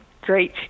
great